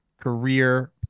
career